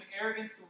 arrogance